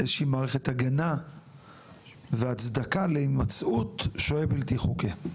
איזושהי מערכת הגנה והצדקה להימצאות שוהה בלתי חוקי.